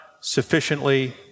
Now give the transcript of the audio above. sufficiently